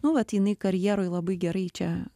nu vat jinai karjeroj labai gerai čia